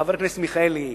חבר הכנסת מיכאלי,